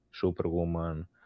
Superwoman